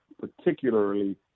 particularly